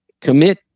commit